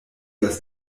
das